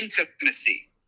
intimacy